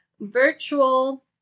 virtual